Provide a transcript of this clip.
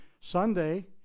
Sunday